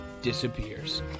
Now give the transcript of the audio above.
disappears